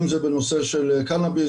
אם זה בנושא של קנאביס,